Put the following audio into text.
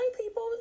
people